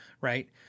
right